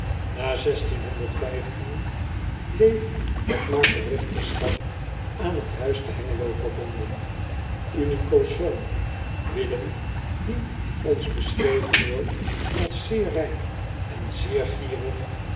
a bleef het markerigterschap aan het huis te engelo verbonden nico s zoon illem die ons beschreven wordt als zeer rijk en zeer gierig